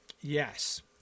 yes